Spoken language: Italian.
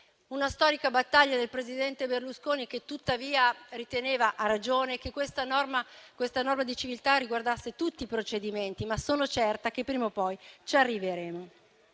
una storica battaglia del presidente Berlusconi che tuttavia riteneva, a ragione, che questa norma di civiltà riguardasse tutti i procedimenti. Ma sono certa che prima o poi ci arriveremo.